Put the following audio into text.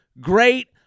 Great